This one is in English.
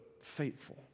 faithful